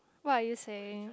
what are you saying